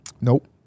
Nope